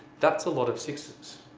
that's a lot of sixes.